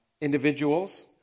individuals